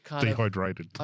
Dehydrated